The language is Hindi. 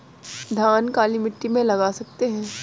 धान काली मिट्टी में लगा सकते हैं?